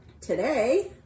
today